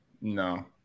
No